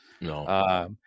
No